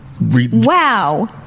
Wow